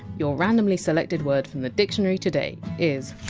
your randomly selected word from the dictionary today is.